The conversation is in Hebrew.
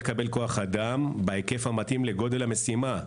נקבל כוח אדם בהיקף המתאים לגודל המשימה.